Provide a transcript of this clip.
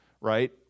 right